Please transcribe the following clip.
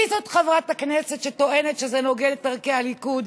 מי זו חברת הכנסת שטוענת שזה נוגד את ערכי הליכוד?